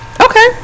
Okay